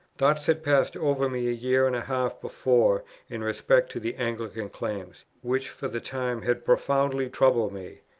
thoughts had passed over me a year and a half before in respect to the anglican claims, which for the time had profoundly troubled me.